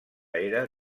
era